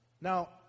Now